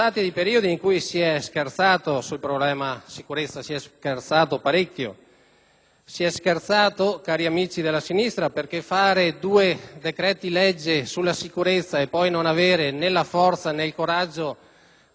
si è scherzato parecchio, cari amici della sinistra, perché emanare due decreti-legge sulla sicurezza e poi non avere né la forza, né il coraggio di convertirli in leggi significa scherzare sulla pelle dei cittadini.